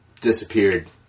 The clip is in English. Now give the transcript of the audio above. disappeared